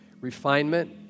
refinement